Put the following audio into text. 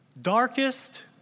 Darkest